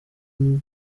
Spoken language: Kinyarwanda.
niyo